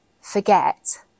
forget